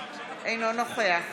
אינו נוכח